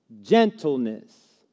gentleness